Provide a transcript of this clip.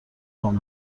خوام